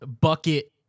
bucket